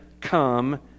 come